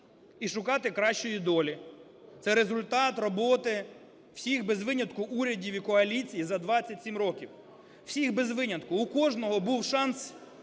і шукати кращої долі. Це результат роботи всіх без винятку урядів і коаліцій за 27 років, всіх без винятку. У кожного був шанс